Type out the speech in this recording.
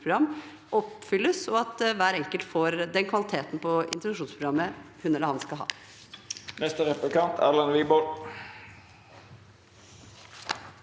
oppfylles, og at hver enkelt får den kvaliteten på introduksjonsprogrammet hun eller han skal ha.